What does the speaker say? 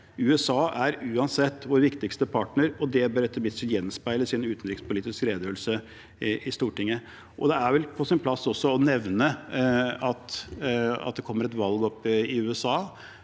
USA er uansett vår viktigste partner, og det bør etter mitt syn gjenspeiles i en utenrikspolitisk redegjørelse i Stortinget. Det er vel også på sin plass å nevne at det kommer et valg i USA,